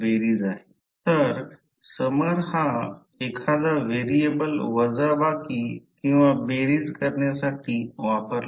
आणि 0 4 π 10 7 weber per ampere metre किंवा हे हेन्री पर मीटर